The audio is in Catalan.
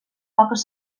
poques